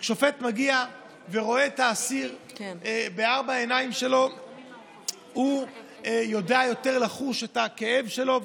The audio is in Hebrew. כששופט מגיע ורואה את האסיר בארבע עיניים הוא יודע לחוש את הכאב שלו.